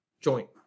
joint